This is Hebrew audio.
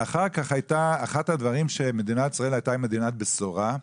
אחד הדברים שמדינת ישראל הייתה מדינת בשורה,